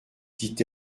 dit